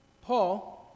Paul